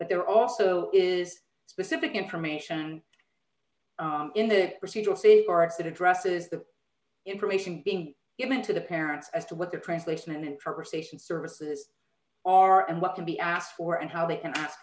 but there also is specific information in the procedural safeguards that addresses the information being given to the parents as to what their translation and interpretation services are and what can be asked for and how they can ask